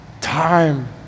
time